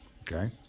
okay